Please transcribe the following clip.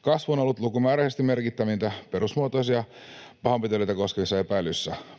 Kasvu on ollut lukumääräisesti merkittävintä perusmuotoisia pahoinpitelyitä koskevissa epäilyissä.